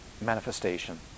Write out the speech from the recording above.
manifestation